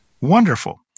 wonderful